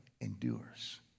endures